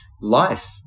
Life